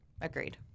Agreed